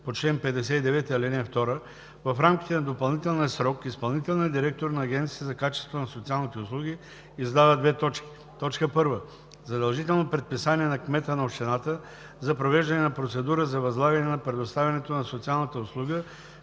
по чл. 59, ал. 2 в рамките на допълнителния срок изпълнителният директор на Агенцията за качеството на социалните услуги издава: 1. задължително предписание на кмета на общината за провеждане на процедура за възлагане на предоставянето на социалната услуга